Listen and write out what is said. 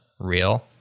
real